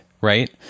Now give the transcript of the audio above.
right